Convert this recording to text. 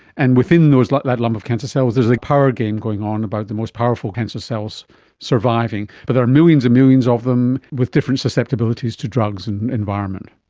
and within like that lump of cancer cells there's a power game going on about the most powerful cancer cells surviving, but there are millions and millions of them with different susceptibilities to drugs and environment.